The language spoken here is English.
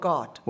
God